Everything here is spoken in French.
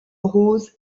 rose